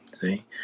See